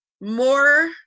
more